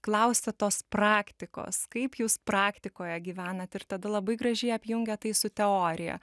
klausia tos praktikos kaip jūs praktikoje gyvenat ir tada labai gražiai apjungia tai su teorija